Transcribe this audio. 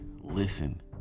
listen